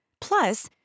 Plus